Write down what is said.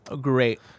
great